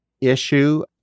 issue